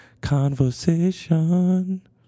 conversation